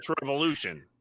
Revolution